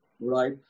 Right